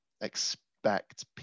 expect